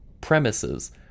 premises